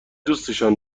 دوستشان